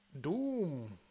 Doom